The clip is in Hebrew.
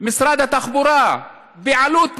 משרד התחבורה, בעלות מינימלית,